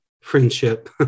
friendship